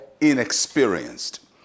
inexperienced